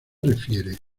refieres